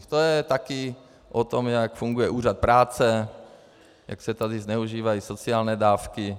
To je také o tom, jak funguje Úřad práce, jak se tady zneužívají sociální dávky atd.